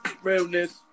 Realness